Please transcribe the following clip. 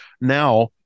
now